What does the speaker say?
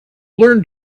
learn